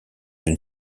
une